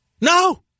No